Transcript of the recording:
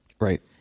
Right